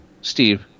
Steve